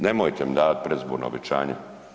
Nemojte mi davat predizborna obećanja.